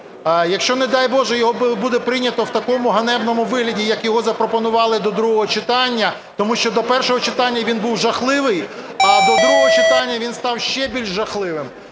якщо, не дай Боже, його буде прийнято в такому ганебному вигляді, як його запропонували до другого читання, тому що до першого читання він був жахливий, а до другого читання він став ще більш жахливим,